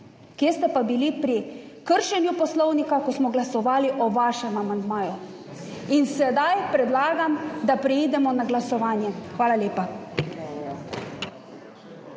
Kje ste pa bili pri kršenju poslovnika, ko smo glasovali o vašem amandmaju? Predlagam, da sedaj preidemo na glasovanje. Hvala lepa.